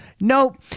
Nope